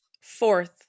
Fourth